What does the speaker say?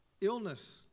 illness